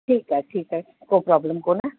ठीकु आहे ठीकु आहे को प्रोब्लम कोन्हे